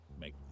make